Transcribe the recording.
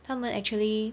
他们 actually